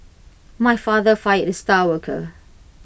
my father fired the star worker